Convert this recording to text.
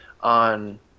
on –